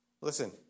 Listen